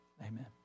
amen